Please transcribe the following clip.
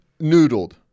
noodled